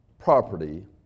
property